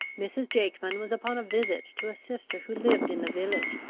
mrs. jakeman was upon a visit to a sister who lived in the village,